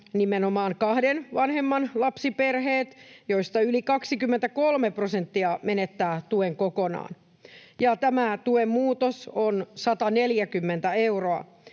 nimenomaan kahden vanhemman lapsiperheet, joista yli 23 prosenttia menettää tuen kokonaan, ja tämä tuen muutos on 140 euroa.